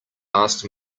asked